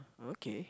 okay